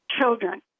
children